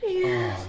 yes